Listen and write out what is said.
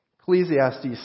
Ecclesiastes